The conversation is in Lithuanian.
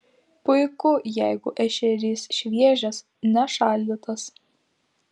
puiku jeigu ešerys šviežias ne šaldytas